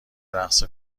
رقص